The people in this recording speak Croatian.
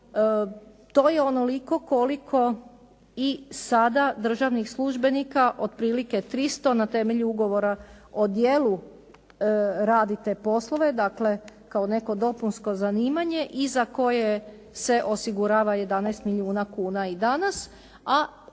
To je onoliko koliko i sada državnih službenika, otprilike 300 na temelju ugovora o djelu, radi te poslove, dakle kao neko dopunsko zanimanje i za koje se osigurava 11 milijuna kuna i danas,